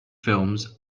films